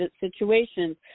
situations